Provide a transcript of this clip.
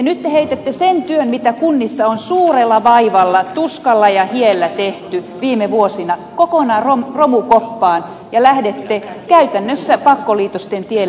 nyt te heitätte sen työn mitä kunnissa on suurella vaivalla tuskalla ja hiellä tehty viime vuosina kokonaan romukoppaan ja lähdette käytännössä pakkoliitosten tielle